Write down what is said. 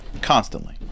constantly